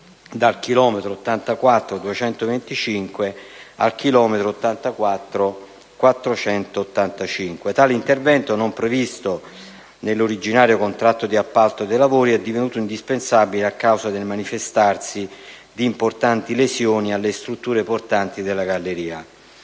dal chilometro 84,285 al chilometro 84,485. Tale intervento, non previsto nell'originario contratto d'appalto dei lavori, è divenuto indispensabile a causa del manifestarsi di importanti lesioni alle strutture portanti della galleria.